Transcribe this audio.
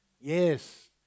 Yes